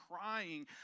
crying